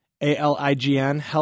A-L-I-G-N